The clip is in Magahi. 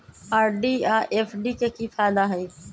आर.डी आ एफ.डी के कि फायदा हई?